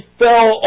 fell